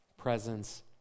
presence